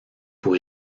pour